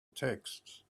texts